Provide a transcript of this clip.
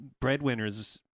breadwinners